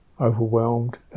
overwhelmed